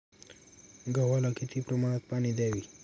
गव्हाला किती प्रमाणात पाणी द्यावे?